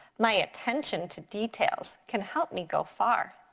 my attention to details can help me go far.